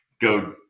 go